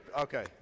Okay